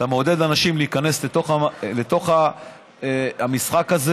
אתה מעודד אנשים להיכנס לתוך המשחק הזה